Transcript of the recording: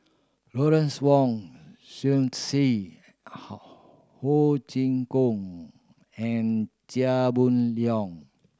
Lawrence Wong Ho Chee Kong and Chia Boon Leong